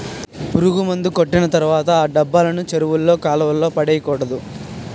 పురుగుమందు కొట్టిన తర్వాత ఆ డబ్బాలను చెరువుల్లో కాలువల్లో పడేకూడదు